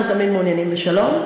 אנחנו תמיד מעוניינים בשלום.